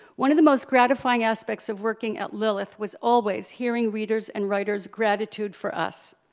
one of the most gratifying aspects of working at lilith was always hearing readers' and writers' gratitude for us.